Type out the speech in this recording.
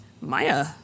Maya